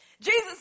Jesus